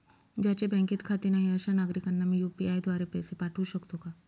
ज्यांचे बँकेत खाते नाही अशा नागरीकांना मी यू.पी.आय द्वारे पैसे पाठवू शकतो का?